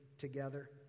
together